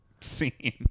scene